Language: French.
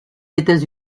états